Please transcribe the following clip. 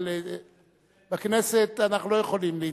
אבל בכנסת אנחנו לא יכולים להתחשב,